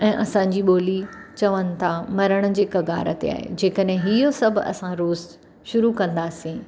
ऐं असांजी ॿोली चवनि था मरण जे कगार ते आहे जेकॾहिं हीउ सभु असां रोज़ु शुरू कंदासीं